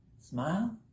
Smile